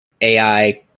AI